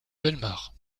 bellemare